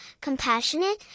compassionate